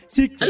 six